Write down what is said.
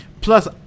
Plus